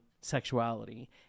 sexuality